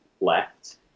left